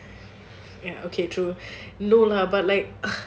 ya okay true no lah but like ugh